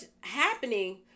happening